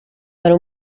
per